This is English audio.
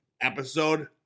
episode